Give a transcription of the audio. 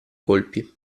colpi